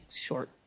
short